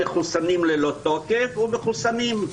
מחוסנים ללא תוקף ומחוסנים.